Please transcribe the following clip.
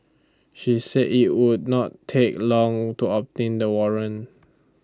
she said IT would not take long to obtain the warrant